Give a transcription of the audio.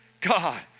God